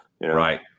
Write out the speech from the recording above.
Right